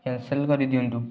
cancel କରିଦିଅନ୍ତୁ